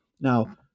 Now